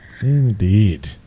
Indeed